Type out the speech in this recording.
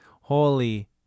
holy